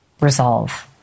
resolve